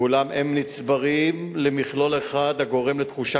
אולם הם נצברים למכלול אחד הגורם לתחושה